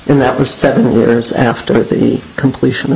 in that was seven years after the completion of